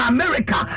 America